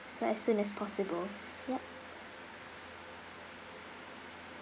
so as soon as possible yup